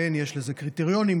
יש לזה קריטריונים,